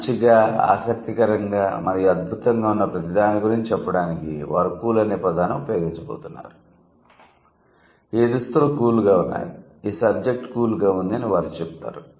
మంచిగా ఆసక్తికరంగా మరియు అద్భుతంగా ఉన్న ప్రతీ దాని గురించి చెప్పడానికి వారు కూల్ అనే పదాన్ని ఉపయోగించబోతున్నారు ఈ దుస్తులు 'కూల్' గా ఉన్నాయి ఈ సబ్జెక్టు 'కూల్' గా ఉంది అని వారు చెప్తారు